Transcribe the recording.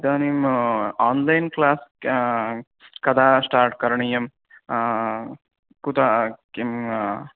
इदानीम् online class कदा start करणीयं कुतः किम्